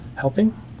helping